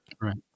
Right